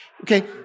Okay